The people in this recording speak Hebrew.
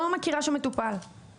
אני לא מכירה שמטופל, לא מכירה שמטופל.